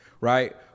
right